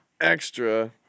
extra